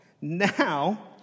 now